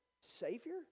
Savior